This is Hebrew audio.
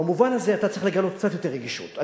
במובן הזה אתה צריך לגלות קצת יותר רגישות.